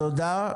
תודה.